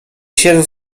siedzę